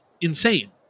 Insane